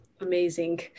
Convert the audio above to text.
amazing